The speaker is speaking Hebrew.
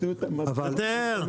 יותר.